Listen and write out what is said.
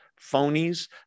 phonies